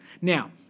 Now